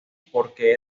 porque